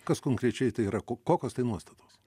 kas konkrečiai tai yra ko kokios tai nuostatos